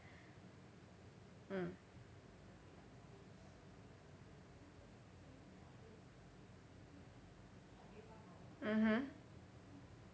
mm mmhmm